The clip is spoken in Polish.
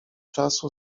czasu